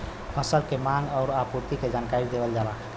फसल के मांग आउर आपूर्ति के जानकारी देवल जाला